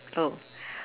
oh